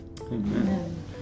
Amen